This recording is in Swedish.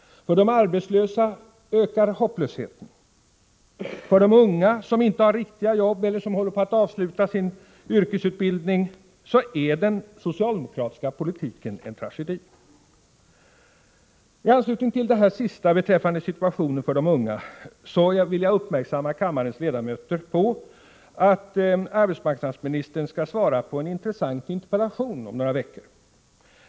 För de arbetslösa ökar hopplösheten. För de unga som inte har riktiga jobb eller som håller på att avsluta sin yrkesutbildning är den socialdemokratiska politiken en tragedi. I anslutning till detta sista beträffande situationen för de unga vill jag göra kammarens ledamöter uppmärksamma på att arbetsmarknadsministern skall svara på en intressant interpellation om några veckor.